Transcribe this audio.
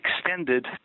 extended